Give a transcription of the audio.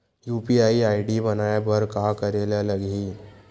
UPI ID बनाये बर का करे ल लगही?